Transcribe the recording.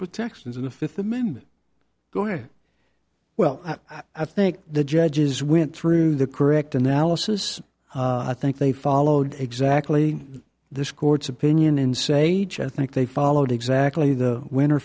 protections in the fifth amendment going well i think the judges went through the correct analysis i think they followed exactly this court's opinion and say i think they followed exactly the winner